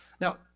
Now